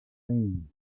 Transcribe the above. rain